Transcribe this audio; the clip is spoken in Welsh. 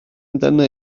amdana